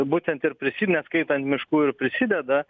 būtent ir prisi neskaitant miškų ir prisideda